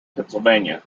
pennsylvania